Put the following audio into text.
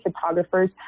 photographers